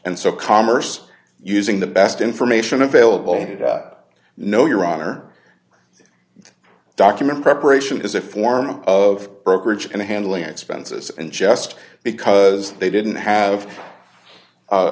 and so commerce using the best information available no your honor document preparation is a form of brokerage and handling expenses and just because they didn't have